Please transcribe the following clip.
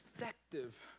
effective